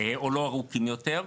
או לא ארוכים יותר.